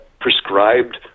prescribed